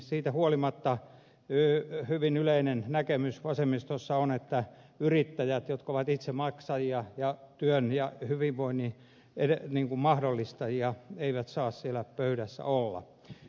siitä huolimatta hyvin yleinen näkemys vasemmistossa on että yrittäjät jotka ovat itse maksajia ja työn ja hyvinvoinnin mahdollistajia eivät saa siellä pöydässä olla